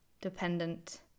dependent